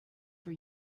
for